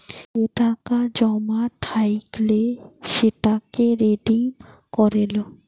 যে টাকা জমা থাইকলে সেটাকে রিডিম করে লো